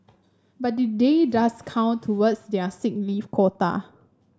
but the day does count towards their sick leave quota